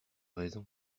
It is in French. raison